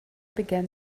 began